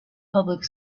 public